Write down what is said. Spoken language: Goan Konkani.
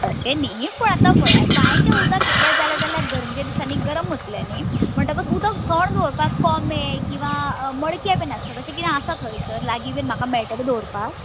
तशें न्हय पूण आतां पळयात बांयचें उदक कितलेंय जालें जाल्या गर्मेच्या दिसानी गरम उर्त्लें न्हय म्हणटकच उदक थण दवरपाक कोमे किंवा मडके बी आसा तशें किरें आसा थंयसर लागीं बी म्हाका मेळटलें दवरपाक